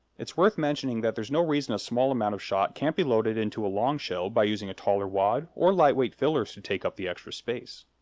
it's worth mentioning that there's no reason a small amount of shot can't be loaded into a long shell by using a taller wad or lightweight fillers to take up the extra space.